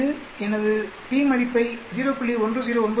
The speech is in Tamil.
இது எனது p மதிப்பை 0